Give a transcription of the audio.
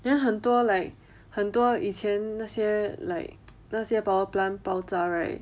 then 很多 like 很多以前那些 like 那些 power plant 爆炸 right